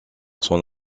son